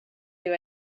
you